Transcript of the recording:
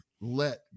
let